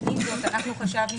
עם זאת, חשבנו